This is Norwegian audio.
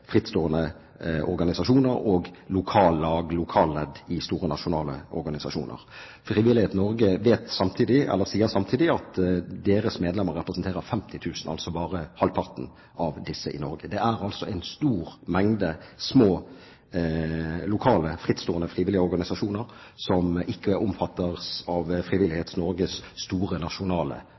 frittstående organisasjoner og lokallag, lokalledd i store nasjonale organisasjoner. Frivillighet Norge sier samtidig at deres medlemmer representerer 50 000, altså bare halvparten av disse, i Norge. Det er altså en stor mengde små lokale frittstående frivillige organisasjoner som ikke omfattes av Frivillighet Norges store nasjonale